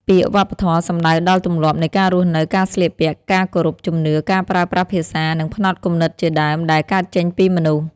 ពាក្យ «វប្បធម៌» សំដៅដល់ទម្លាប់នៃការរស់នៅ ការស្លៀកពាក់ ការគោរពជំនឿ ការប្រើប្រាស់ភាសា និងផ្នត់គំនិតជាដើម ដែលកើតចេញពីមនុស្ស។